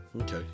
Okay